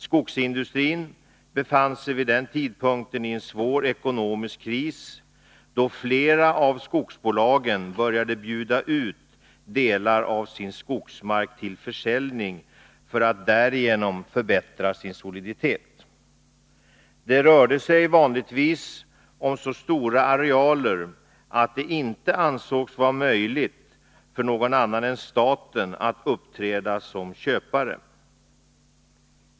Skogsindustrin befann sig vid den tidpunkten i en svår ekonomisk kris, då flera av skogsbolagen började bjuda ut delar av sin skogsmark till försäljning för att därigenom förbättra sin soliditet. Det rörde sig vanligtvis om så stora arealer att det inte ansågs vara möjligt för någon annan än staten att uppträda som köpare.